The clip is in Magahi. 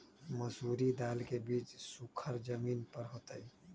मसूरी दाल के बीज सुखर जमीन पर होतई?